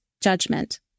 judgment